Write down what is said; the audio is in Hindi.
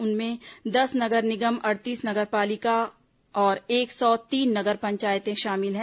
उनमें दस नगर निगम अड़तीस नगर पालिका और एक सौ तीन नगर पंचायतें शामिल हैं